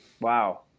Wow